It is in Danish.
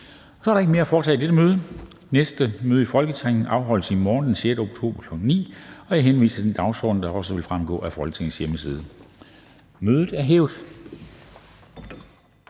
Så er der ikke mere at foretage i dette møde. Næste møde i Folketinget afholdes i morgen, torsdag den 6. oktober 2022, kl. 9.00. Jeg henviser til den dagsorden, der også vil fremgå af Folketingets hjemmeside. Kl.